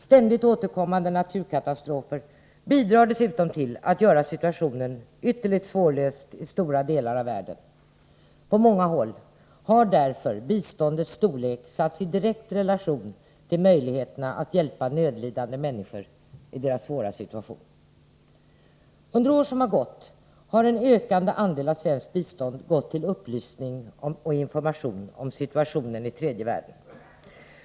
Ständigt återkommande naturkatastrofer bidrar dessutom till att göra situationen ytterligt svårlöst i stora delar av världen. På många håll har därför biståndets storlek satts i direkt relation till möjligheterna att hjälpa nödlidande människor i deras svåra situation. Under åren som gått har en ökande andel av svenskt bistånd gått till upplysning om situationen i tredje världen.